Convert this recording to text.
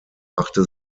machte